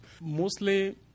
Mostly